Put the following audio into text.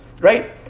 Right